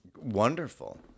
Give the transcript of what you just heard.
Wonderful